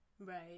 Right